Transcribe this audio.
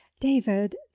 david